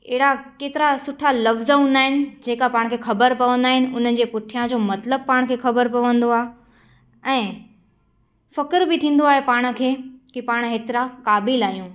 अहिड़ा केतिरा सुठा लफ़्ज़ हूंदा आहिनि जेका पाण खे ख़बरु पवंदा आहिनि उन्हनि जे पुठियां जो मतिलबु पाण खे ख़बरु पवंदो आहे ऐं फ़ख़ुरु बि थींदो आहे पाण खे की पाण हेतिरा क़ाबिलु आहियूं